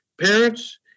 parents